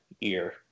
year